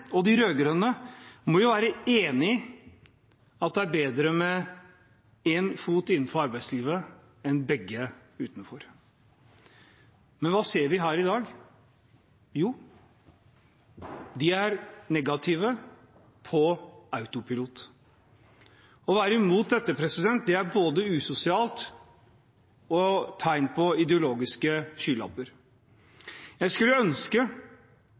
og de rød-grønne må jo være enig i at det er bedre med én fot innenfor arbeidslivet enn begge føtter utenfor. Men hva ser vi her i dag? Jo, de er negative – på autopilot. Å være imot dette er både usosialt og tegn på ideologiske skylapper. Jeg skulle ønske